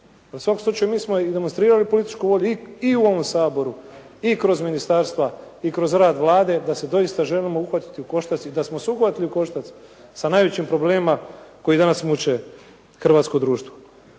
U svakom slučaju mi smo i demonstrirali političku volju i u ovom Saboru, i kroz ministarstva, i kroz rad Vlade da se doista želimo uhvatiti u koštac i da smo se uhvatili u koštac sa najvećim problemima koji danas muče hrvatsko društvo.